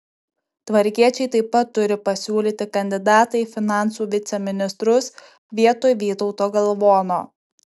tvarkiečiai taip pat turi pasiūlyti kandidatą į finansų viceministrus vietoj vytauto galvono